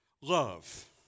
Love